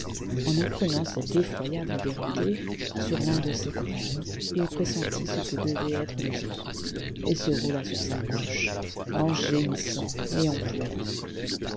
en apprenant cette effroyable vérité sur l'un de ses compagnons il pressentit ce que devaient être les autres et se roula sur sa couche en gémissant et en pleurant